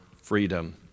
freedom